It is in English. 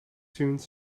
tune